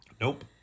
Nope